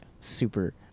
super